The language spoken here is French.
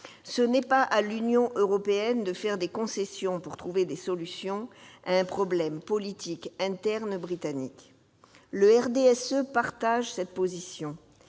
Ce n'est pas à l'Union européenne de faire des concessions pour trouver des solutions à un problème politique interne britannique. » Le groupe du RDSE partage cette position.